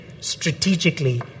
strategically